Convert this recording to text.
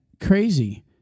crazy